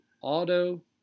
auto